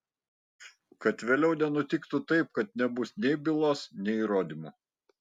kad vėliau nenutiktų taip kad nebus nei bylos nei įrodymų